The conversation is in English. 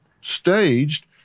staged